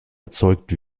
erzeugt